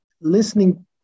listening